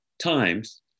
Times